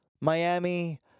Miami